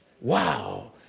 Wow